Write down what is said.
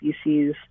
species